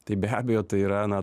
tai be abejo tai yra na